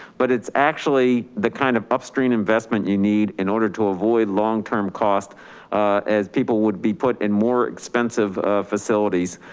but it's actually the kind of upstream investment you need in order to avoid long term cost as people would be put in more expensive facilities,